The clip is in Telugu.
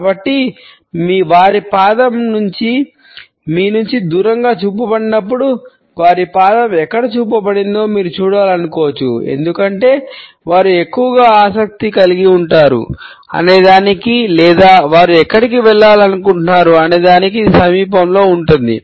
కాబట్టి వారి పాదం మీ నుండి దూరంగా చూపబడినప్పుడు వారి పాదం ఎక్కడ చూపబడిందో మీరు చూడాలనుకోవచ్చు ఎందుకంటే వారు ఎక్కువగా ఆసక్తి కలిగి ఉంటారు అనేదానికి లేదా వారు ఎక్కడికి వెళ్లాలనుకుంటున్నారు అనేదానికి ఇది సమీపంలో ఉంటుంది